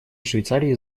швейцарии